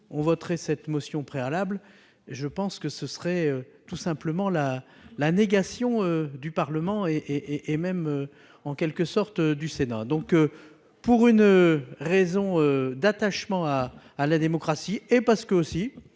on voterait cette motion préalable et je pense que ce serait tout simplement la la négation du Parlement et et même en quelque sorte du Sénat, donc, pour une raison d'attachement à la démocratie et parce que aussi,